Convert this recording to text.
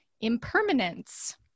impermanence